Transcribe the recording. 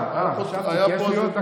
אבוטבול, חבר הכנסת אבוטבול.